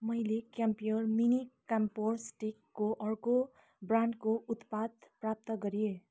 मैले Campure mini क्याम्फरस्टिकको अर्को ब्रान्डको उत्पाद प्राप्त गरेँ